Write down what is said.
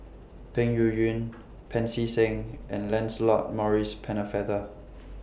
Peng Yuyun Pancy Seng and Lancelot Maurice Pennefather